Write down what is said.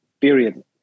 period